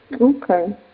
Okay